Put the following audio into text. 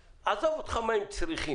עזוב אותך מה הם צריכים,